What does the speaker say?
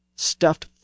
Stuffed